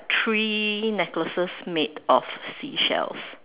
three necklaces made of seashells